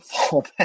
fallback